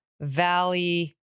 Valley